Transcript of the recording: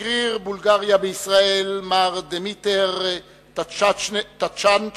שגריר בולגריה בישראל מר דימיטר צ'אנצ'ב,